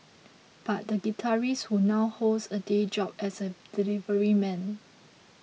but the guitarist who now holds a day job as a delivery man